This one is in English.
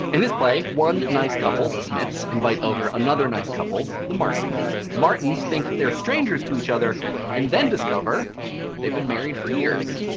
in this play, one nice couple, the smiths, invite over another nice couple, the martins. the martins think they are strangers to each other and then discover they've been married for years.